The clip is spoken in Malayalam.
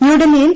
ന്യൂഡെൽഹിയിൽ